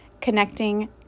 connecting